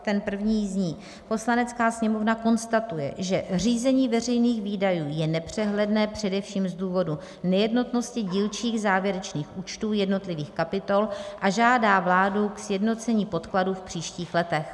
Ten první zní: Poslanecká sněmovna konstatuje, že řízení veřejných výdajů je nepřehledné především z důvodu nejednotnosti dílčích závěrečných účtů jednotlivých kapitol a žádá vládu k sjednocení podkladů v příštích letech.